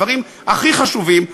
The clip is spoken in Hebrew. הדברים הכי חשובים,